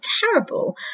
terrible